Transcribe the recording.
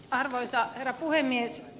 arvoisa herra puhemies